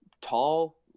tall